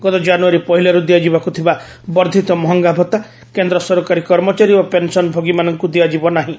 ଗତ ଜାନୁଆରୀ ପହିଲାରୁ ଦିଆଯିବାକୁ ଥିବା ବର୍ଦ୍ଧିତ ମହଙ୍ଗାଭତ୍ତା କେନ୍ଦ୍ର ସରକାରୀ କର୍ମଚାରୀ ଓ ପେନ୍ସନଭୋଗୀମାନଙ୍କୁ ଦିଆଯିବ ନାହିଁ